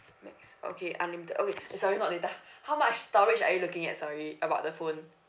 max okay unlimited okay sorry not data how much storage are you looking at sorry about the phone